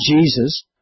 Jesus